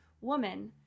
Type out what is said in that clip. woman